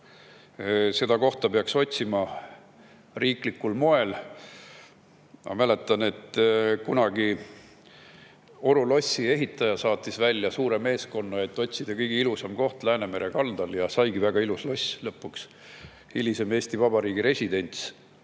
Seda kohta peaks otsima riiklikul moel. Ma mäletan, et kunagi Oru lossi ehitaja saatis suure meeskonna välja otsima kõige ilusamat kohta Läänemere kaldal, ja saigi lõpuks väga ilus loss, hilisem Eesti Vabariigi [presidendi]